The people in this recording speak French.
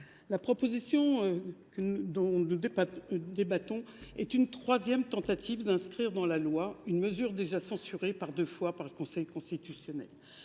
la proposition dont nous débattons est une troisième tentative d’inscrire dans la loi une mesure déjà censurée deux fois par le Conseil constitutionnel.